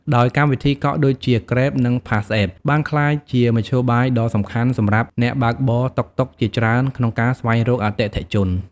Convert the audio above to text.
ដោយកម្មវិធីកក់ ដូចជា Grab និង PassApp បានក្លាយជាមធ្យោបាយដ៏សំខាន់សម្រាប់អ្នកបើកបរតុកតុកជាច្រើនក្នុងការស្វែងរកអតិថិជន។